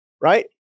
right